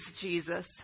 Jesus